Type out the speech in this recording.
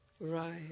Right